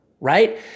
right